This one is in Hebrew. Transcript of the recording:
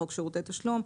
חוק שירותי תשלום,